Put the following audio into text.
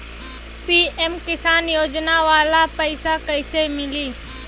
PM किसान योजना वाला पैसा कईसे मिली?